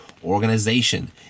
organization